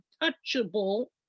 untouchable